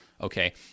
okay